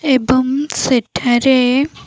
ଏବଂ ସେଠାରେ